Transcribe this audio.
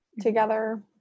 together